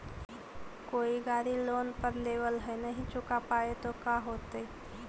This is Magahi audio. कोई गाड़ी लोन पर लेबल है नही चुका पाए तो का होतई?